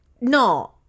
no